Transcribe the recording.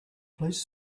please